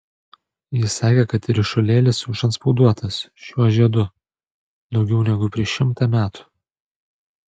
jis sakė kad ryšulėlis užantspauduotas šiuo žiedu daugiau negu prieš šimtą metų